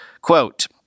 Quote